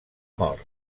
mort